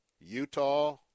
Utah